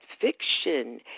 fiction